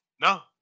No